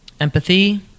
empathy